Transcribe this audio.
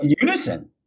unison